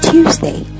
Tuesday